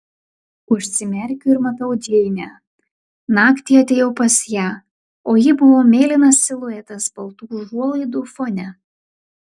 užsimerkiu ir matau džeinę naktį atėjau pas ją o ji buvo mėlynas siluetas baltų užuolaidų fone